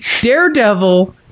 Daredevil